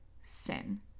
sin